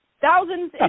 Thousands